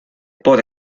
por